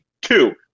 Two